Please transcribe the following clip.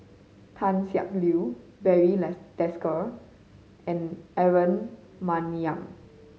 Tan Siak Kew Barry Desker and Aaron Maniam